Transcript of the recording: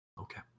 Okay